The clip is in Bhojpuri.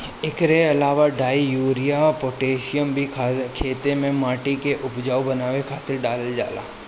एकरा अलावा डाई, यूरिया, पोतेशियम भी खेते में माटी के उपजाऊ बनावे खातिर डालल जाला